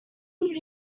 would